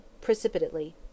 precipitately